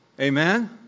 Amen